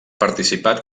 participat